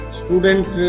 student